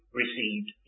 received